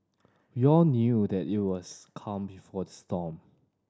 we all knew that it was calm before the storm